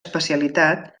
especialitat